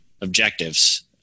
objectives